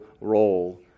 role